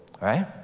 right